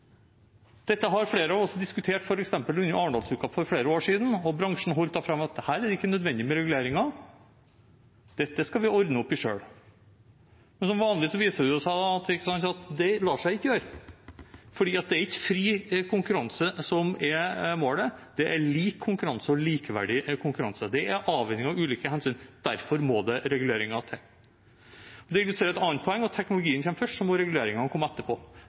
Dette har flere av oss diskutert, f.eks. under Arendalsuka for flere år siden, og bransjen holdt da fram at her er det ikke nødvendig med reguleringer, dette skal vi ordne opp i selv. Men som vanlig viser det seg at det lar seg ikke gjøre, for det er ikke fri konkurranse som er målet, det er lik konkurranse og likeverdig konkurranse. Det er avveining av ulike hensyn. Derfor må det reguleringer til. Det illustrerer et annet poeng, at teknologien kommer først, og så må reguleringene komme etterpå.